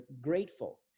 grateful